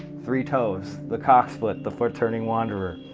three toes, the cock's foot, the foot-turning wanderer.